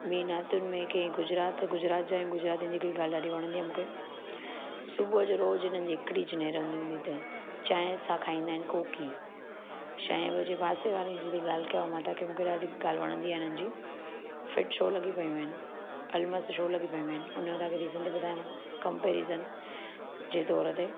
मीनातुनि में कंहिं गुजरात में गुजरात जा आहियूं गुजरातियुनि जी हिकिड़ी ॻाल्हि ॾाढी वणंदी आहे मूंखे सुबुह जो रोज़ु उन्हनि जी हिकड़ीच नेरनि हूंदी अथनि चाहिं सां खाईंदा आहिनि कोकी छह ॿजे पासे वारे जी थी ॻाल्हि कयांव मां तव्हां खे मूंखे ॾाढी ॻाल्हि वणंदी आहे हुनन जी फिट शो लॻी पयूं आहिनि अलमस्त शो लॻी पयूं आहिनि उनजो तव्हां खे रीज़न थी ॿुधायां मां कंपेरिज़न जे तौर ते